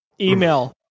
Email